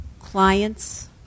clients